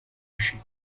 بشین